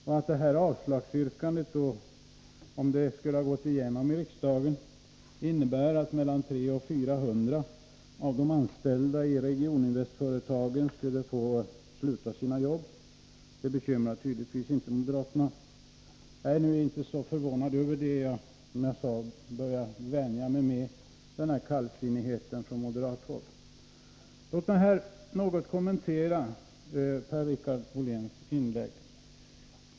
Om detta avslagsyrkande skulle gå igenom i riksdagen innebär det att mellan 300 och 400 av de anställda i Regioninvestföretagen skulle få sluta sina jobb. Det bekymrar tydligen inte moderaterna. Jag är nu inte så förvånad över det. Som jag sade börjar jag vänja mig vid kallsinnigheten från moderathåll. Låt mig något kommentera Per-Richard Moléns inlägg.